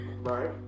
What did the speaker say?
Right